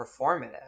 performative